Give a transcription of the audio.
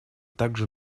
также